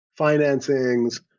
financings